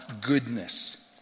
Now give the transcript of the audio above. goodness